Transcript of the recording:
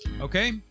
Okay